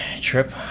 trip